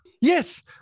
Yes